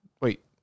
Wait